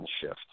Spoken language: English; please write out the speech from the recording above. shift